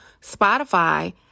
Spotify